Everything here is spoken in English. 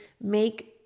make